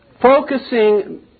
focusing